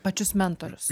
pačius mentorius